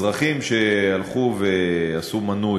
אזרחים שהלכו ועשו מנוי,